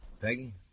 Peggy